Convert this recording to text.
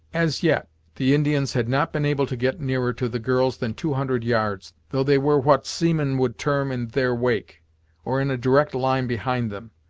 as yet the indians had not been able to get nearer to the girls than two hundred yards, though they were what seamen would term in their wake or in a direct line behind them,